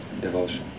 devotion